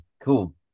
cool